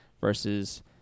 versus